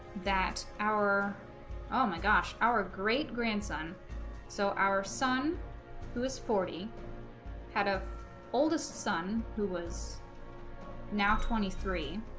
that our oh my gosh our great-grandson so our son who is forty had a oldest son who was now twenty three